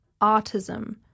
autism